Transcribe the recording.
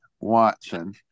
Watson